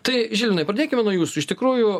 tai žilvinai pradėkime nuo jūsų iš tikrųjų